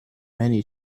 many